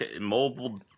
mobile